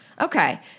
Okay